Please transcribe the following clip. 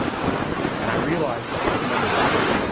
and i realized this. i remember back,